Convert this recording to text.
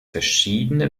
verschiedene